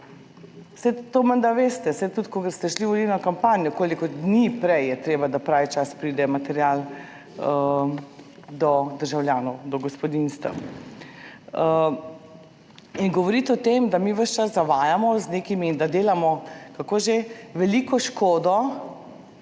to menda veste, saj tudi, ko ste šli v volilno kampanjo, koliko dni prej je treba, da pravi čas pride material do državljanov, do gospodinjstev. In govoriti o tem, da mi ves čas zavajamo z nekimi, da delamo kako že, veliko škodo,